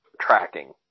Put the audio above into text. tracking